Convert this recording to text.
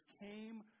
came